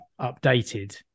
updated